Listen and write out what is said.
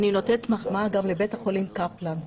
אני נותנת מחמאה גם לבית החולים קפלן.